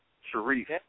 Sharif